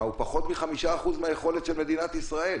הוא פחות מ-5% מהיכולת של מדינת ישראל.